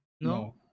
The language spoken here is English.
No